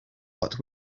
but